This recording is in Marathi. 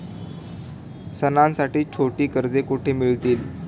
सणांसाठी छोटी कर्जे कुठे मिळतील?